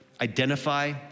Identify